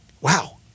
Wow